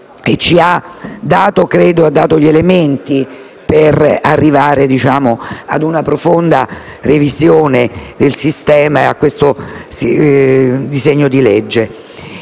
che ci ha dato - credo - gli elementi per arrivare a una profonda revisione del sistema e a questo disegno di legge.